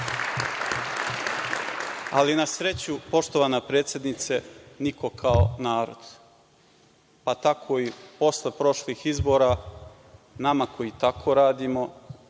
Ali, na sreću poštovana predsednice, niko kao narod. Pa, tako i posle prošlih izbora nama koji tako radimo,